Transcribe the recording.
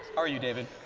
are you, david?